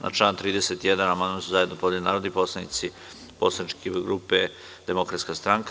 Na član 31. amandman su zajedno podneli narodni poslanici poslaničke grupe Demokratska stranka.